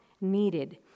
needed